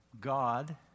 God